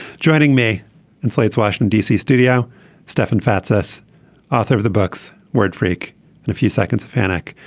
joining me in slate's washington d c. studio stefan fatsis author of the books word freak and a few seconds of panic.